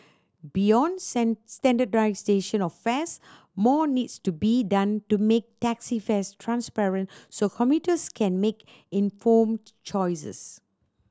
beyond standardisation of fares more needs to be done to make taxi fares transparent so commuters can make informed choices